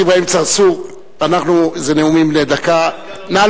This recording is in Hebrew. לא מפריעים בנאומים בני,